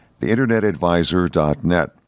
theinternetadvisor.net